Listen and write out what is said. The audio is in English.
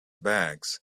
bags